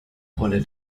rolle